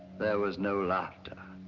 there was no laughter.